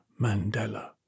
Mandela